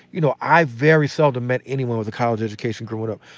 you know, i very seldom met anyone with a college education growing up.